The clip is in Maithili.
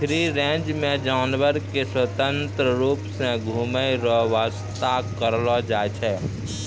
फ्री रेंज मे जानवर के स्वतंत्र रुप से घुमै रो व्याबस्था करलो जाय छै